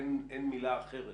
אין מילה אחרת,